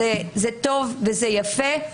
זה טוב וזה יפה,